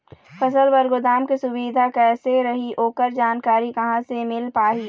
फसल बर गोदाम के सुविधा कैसे रही ओकर जानकारी कहा से मिल पाही?